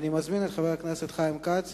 אושרה בקריאה ראשונה ביום כ"ה